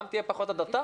גם תהיה פחות הדתה